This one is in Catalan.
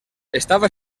estava